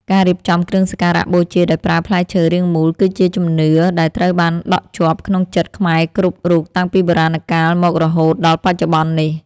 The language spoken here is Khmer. ការរៀបចំគ្រឿងសក្ការៈបូជាដោយប្រើផ្លែឈើរាងមូលគឺជាជំនឿដែលត្រូវបានដក់ជាប់ក្នុងចិត្តខ្មែរគ្រប់រូបតាំងពីបុរាណកាលមករហូតដល់បច្ចុប្បន្ននេះ។